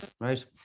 right